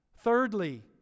Thirdly